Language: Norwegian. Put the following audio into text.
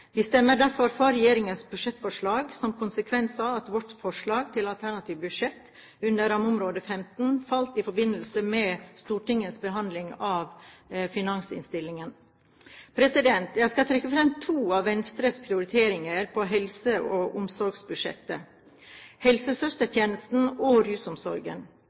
Vi stemmer derfor for regjeringens budsjettforslag, som en konsekvens av at vårt forslag til alternativt budsjett under rammeområde 15 falt i forbindelse med Stortingets behandling av finansinnstillingen. Jeg skal trekke fram to av Venstres prioriteringer på helse- og omsorgsbudsjettet: helsesøstertjenesten og rusomsorgen.